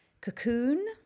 cocoon